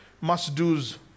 must-dos